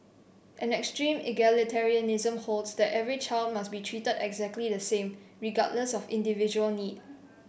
an extreme egalitarianism holds that every child must be treated exactly the same regardless of individual need